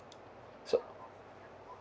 so